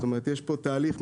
יש פה תהליך,